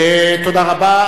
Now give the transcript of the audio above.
תודה רבה.